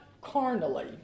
carnally